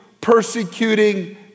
persecuting